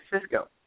Cisco